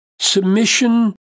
submission